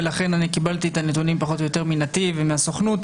ולכן קיבלתי את הנתונים פחות או יותר מנתיב ומהסוכנות.